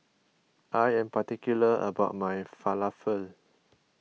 I am particular about my Falafel